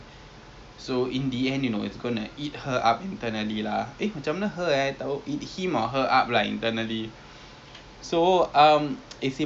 find out all these spaces within our own country which is good lah cause kalau kalau tak then we wouldn't have even thought about this right so only you know interesting interesting